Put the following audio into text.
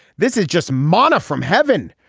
this is just manna from heaven.